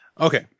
Okay